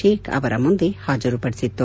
ಶೇಖ್ ಅವರ ಮುಂದೆ ಹಾಜರುಪದಿಸಿತ್ತು